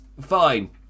Fine